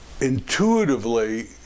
intuitively